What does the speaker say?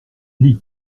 lit